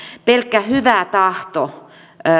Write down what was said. pelkkä hyvä tahto